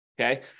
okay